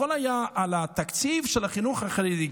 הכול היה על התקציב של החינוך החרדי,